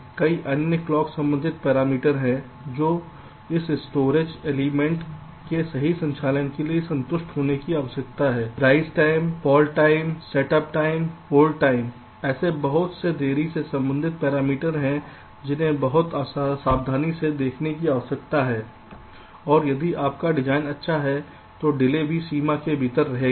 कई अन्य क्लॉक संबंधित पैरामीटर हैं जो इस स्टोरेज एलिमेंट्स के सही संचालन के लिए संतुष्ट होने की आवश्यकता है rise time fall time set up time hold time ऐसे बहुत से देरी से संबंधित पैरामीटर हैं जिन्हें बहुत सावधानी से देखने की आवश्यकता है और यदि आपका डिज़ाइन अच्छा है तो डिले भी सीमा के भीतर रहेगी